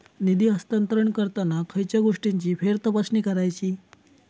निधी हस्तांतरण करताना खयच्या गोष्टींची फेरतपासणी करायची?